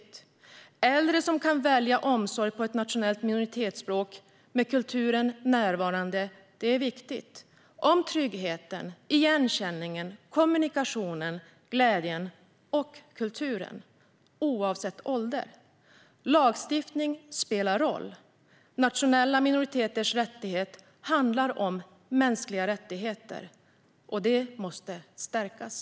Att äldre kan välja omsorg på ett nationellt minoritetsspråk med kulturen närvarande är viktigt. Tryggheten, igenkänningen, kommunikationen och glädjen i kulturen är viktig, oavsett ålder. Lagstiftning spelar roll. Nationella minoriteters rättigheter handlar om mänskliga rättigheter, och de måste stärkas!